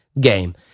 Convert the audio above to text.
game